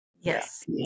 Yes